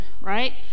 right